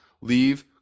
Leave